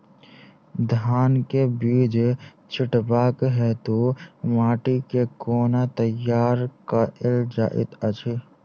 धान केँ बीज छिटबाक हेतु माटि केँ कोना तैयार कएल जाइत अछि?